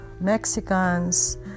Mexicans